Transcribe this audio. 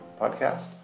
podcast